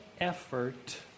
effort